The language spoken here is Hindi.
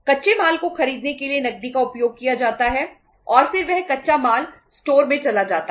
कच्चे माल को खरीदने के लिए नकदी का उपयोग किया जाता है और फिर वह कच्चा माल स्टोर चरण कहा जाता है